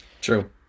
True